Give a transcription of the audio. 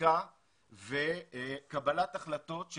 בדיקה וקבלת החלטות.